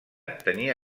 tenia